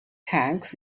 tanks